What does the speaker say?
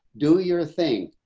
do your thing.